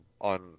on